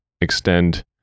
extend